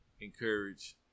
encourage